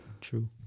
True